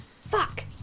Fuck